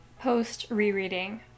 Post-rereading